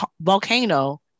volcano